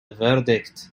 verdict